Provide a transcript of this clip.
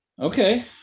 Okay